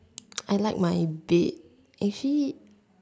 I like my bed actually